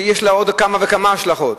שיש לה עוד כמה וכמה השלכות.